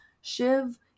Shiv